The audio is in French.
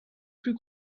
plus